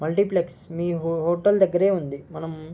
multiplex మీ హో hotel దగ్గర ఉంది మనం